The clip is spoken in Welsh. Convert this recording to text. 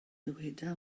dyweda